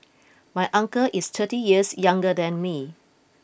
my uncle is thirty years younger than me